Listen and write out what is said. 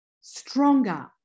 stronger